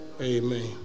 Amen